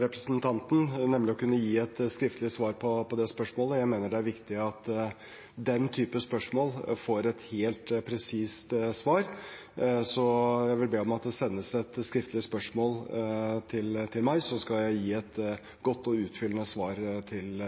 representanten til å kunne gi et skriftlig svar på det spørsmålet. Jeg mener det er viktig at den type spørsmål får et helt presist svar. Jeg vil be om at det sendes et skriftlig spørsmål til meg, så skal jeg gi et godt og utfyllende svar til